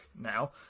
now